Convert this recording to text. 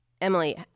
Emily